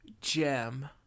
gem